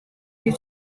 you